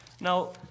Now